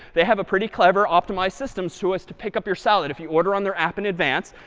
they have a pretty clever optimized system so as to pick up your salad. if you order on their app in advance,